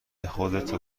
خودتو